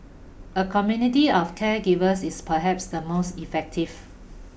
a community of caregivers is perhaps the most effective